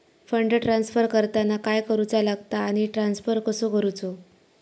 Fund transfer करताना काय करुचा लगता आनी ट्रान्स्फर कसो करूचो?